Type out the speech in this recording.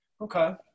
Okay